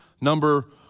number